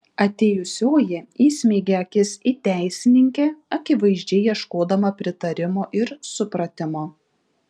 atėjusioji įsmeigė akis į teisininkę akivaizdžiai ieškodama pritarimo ir supratimo